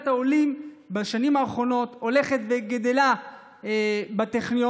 בשנים האחרונות קהילת העולים הולכת וגדלה בטכניון,